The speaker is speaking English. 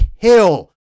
kill